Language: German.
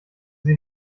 sie